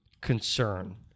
concern